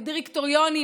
בדירקטוריונים,